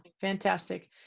Fantastic